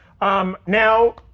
Now